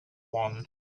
one